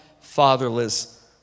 fatherless